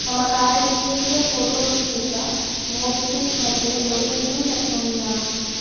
मम कार्ड् इत्यस्य फ़ोटो गृहीत्वा मोब्क्विक् मध्ये योजयितुं शक्नोमि वा